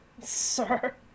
Sir